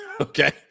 Okay